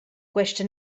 questa